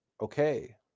Okay